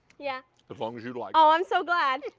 yeah. as long as you like. ah i'm so glad.